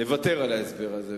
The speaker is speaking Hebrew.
נוותר על ההסבר הזה.